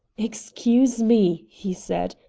excuse me, he said,